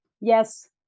Yes